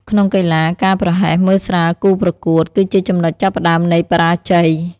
ក្នុងកីឡា ការប្រហែសមើលស្រាលគូប្រកួត គឺជាចំណុចចាប់ផ្ដើមនៃបរាជ័យ។